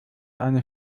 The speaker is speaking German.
eine